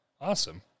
awesome